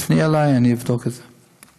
תפני אלי, אני אבדוק את זה.